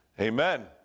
Amen